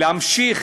להמשיך